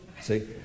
See